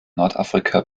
nordafrika